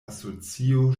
asocio